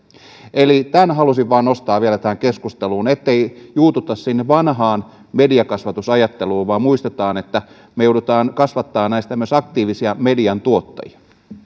eli tämän halusin vain nostaa vielä tähän keskusteluun ettei juututtaisi sinne vanhaan mediakasvatusajatteluun vaan muistetaan että me joudumme kasvattamaan heistä myös aktiivisia median tuottajia